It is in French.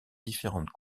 différentes